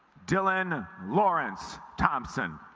dylan lawrence thompson